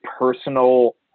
personal